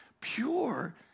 pure